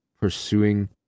pursuing